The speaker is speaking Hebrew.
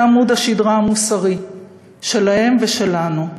זה עמוד השדרה המוסרי שלהם ושלנו.